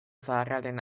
zaharraren